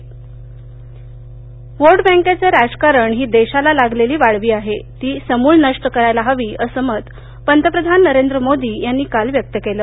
पंतप्रधान व्होट बँकेचं राजकारण ही देशाला लागलेली वाळवी आहे ती समूळ नष्ट करायला हवी असं मत पंतप्रधान नरेंद्र मोदी यांनी काल व्यक्त केल